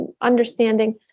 understanding